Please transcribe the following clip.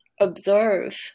observe